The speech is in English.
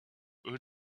who